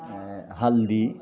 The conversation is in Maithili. हल्दी